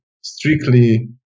strictly